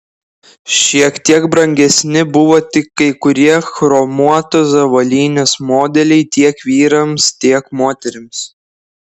šiek tiek brangesni buvo tik kai kurie chromuotos avalynės modeliai tiek vyrams tiek moterims